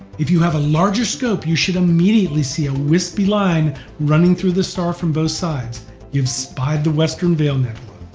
if you have a larger scope you should immediately see a wispy line running through the star from both sides you've spied the western veil nebula!